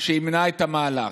שימנע את המהלך"